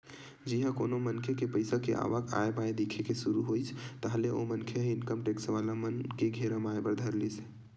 जिहाँ कोनो मनखे के पइसा के आवक आय बाय दिखे के सुरु होइस ताहले ओ मनखे ह इनकम टेक्स वाला मन के घेरा म आय बर धर लेथे